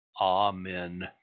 Amen